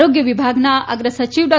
આરોગ્ય વિભાગના અગ્રસચિવ ડો